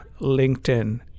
LinkedIn